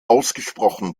ausgesprochen